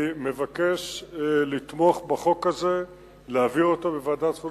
אני מבקש לתמוך בחוק הזה ולהעביר אותו לוועדת החוץ